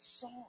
song